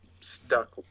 stuck